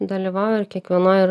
dalyvauja ir kiekvienoj ir